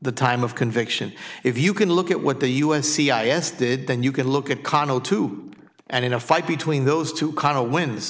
the time of conviction if you can look at what the u s c i s did then you can look at conall two and in a fight between those two car wins